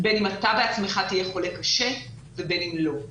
בין אם אתה בעצמך תהיה חולה קשה ובין אם לא.